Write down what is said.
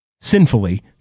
sinfully